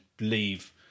leave